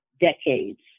decades